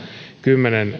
kymmenen